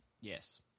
Yes